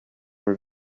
were